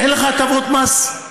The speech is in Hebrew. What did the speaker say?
אין לך הטבות מס,